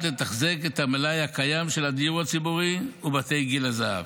לתחזק את המלאי הקיים של הדיור הציבורי ובתי גיל הזהב.